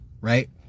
right